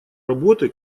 работы